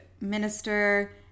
Minister